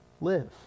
live